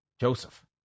Joseph